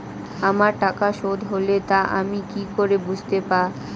আমার টাকা শোধ হলে তা আমি কি করে বুঝতে পা?